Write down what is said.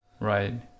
Right